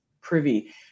privy